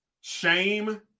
shame